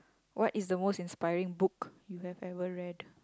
what is the most inspiring book you have ever read